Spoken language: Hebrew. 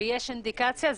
יש אינדיקציה?